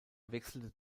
wechselte